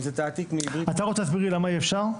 אם זה תעתיק מעברית ל --- אתה רוצה להסביר לי למה אי אפשר?